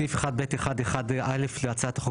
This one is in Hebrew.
בסעיף 1(ב1)(1)(א) להצעת החוק,